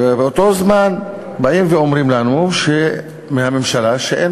באותו זמן באים ואומרים לנו מהממשלה: אין